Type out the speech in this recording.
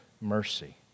mercy